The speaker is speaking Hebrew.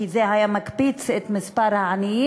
כי זה היה מקפיץ את מספר העניים,